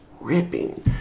ripping